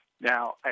Now